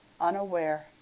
unaware